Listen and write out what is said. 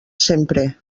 sempre